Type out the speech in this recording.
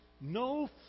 no